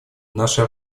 наша